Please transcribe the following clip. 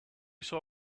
saw